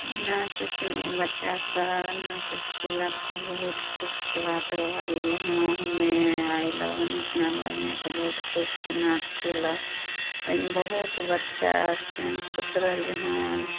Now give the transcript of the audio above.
नाँच उचमे बच्चासब नाँच उच्च केलक तऽ बहुत खुशीके बात रहल जे हँ हमरे आइ लगन अपना घरमे तऽ बहुत खुश से नाँच केलक एहिमे बहुत बच्चा सियान खुश रहल जे हँ